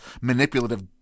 manipulative